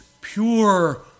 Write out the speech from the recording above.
pure